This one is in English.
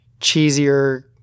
cheesier